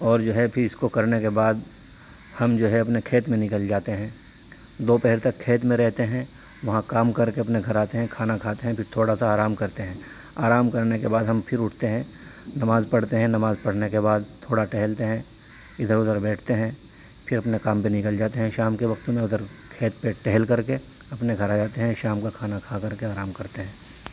اور جو ہے پھر اس کو کرنے کے بعد ہم جو ہے اپنے کھیت میں نکل جاتے ہیں دوپہر تک کھیت میں رہتے ہیں وہاں کام کر کے اپنے گھر آتے ہیں کھانا کھاتے ہیں پھر تھوڑا سا آرام کرتے ہیں آرام کرنے کے بعد ہم پھر اٹھتے ہیں نماز پڑھتے ہیں نماز پڑھنے کے بعد تھوڑا ٹہلتے ہیں ادھر ادھر بیٹھتے ہیں پھر اپنے کام پہ نکل جاتے ہیں شام کے وقت میں اگر کھیت پہ ٹہل کر کے اپنے گھر آ جاتے ہیں شام کا کھانا کھا کر کے آرام کرتے ہیں